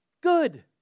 good